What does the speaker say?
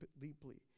deeply